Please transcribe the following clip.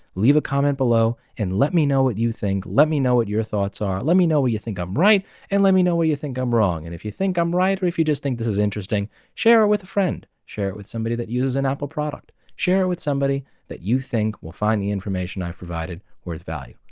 leave a comment below and let me know what you think let me know what your thoughts are. let me know when you think i'm right and let me know when you think i'm wrong. and if you think i'm right, or if you just think this is interesting, share it with a friend. share it with somebody that uses an apple product. share it with somebody that you think will find the information i've provided worth value.